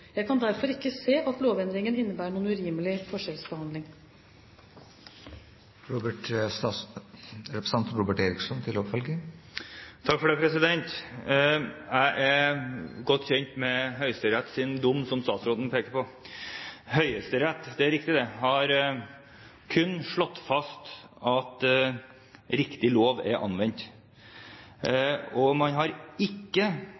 Jeg kan derfor ikke se at lovendringen innebærer noen urimelig forskjellsbehandling. Jeg er godt kjent med Høyesteretts dom, som statsråden pekte på. Høyesterett har kun slått fast at riktig lov er anvendt, og man har ikke